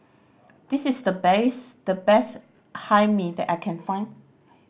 this is the best the best Hae Mee that I can find